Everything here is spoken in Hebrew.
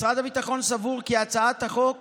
משרד הביטחון סבור כי הצעת החוק